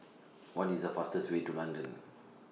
What IS The fastest Way to London